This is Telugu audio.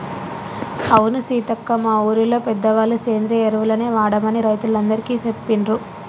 అవును సీతక్క మా ఊరిలో పెద్దవాళ్ళ సేంద్రియ ఎరువులనే వాడమని రైతులందికీ సెప్పిండ్రు